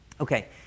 Okay